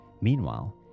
Meanwhile